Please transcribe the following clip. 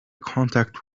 contact